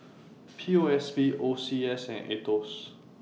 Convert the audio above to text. P O S B O C S and Aetos